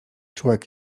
człek